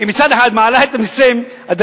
היא מצד אחד מעלה את מסי הדלק,